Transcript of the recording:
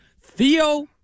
Theo